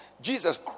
jesus